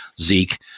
Zeke